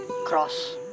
Cross